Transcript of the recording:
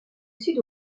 sud